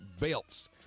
belts